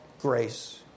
grace